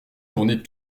tourner